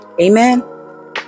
Amen